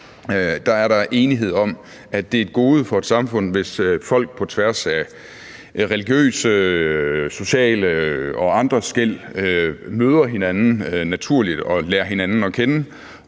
liberale er enighed om, at det er et gode for et samfund, hvis folk på tværs af religiøse, sociale og andre skel møder hinanden naturligt og lærer hinanden at kende,